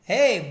Hey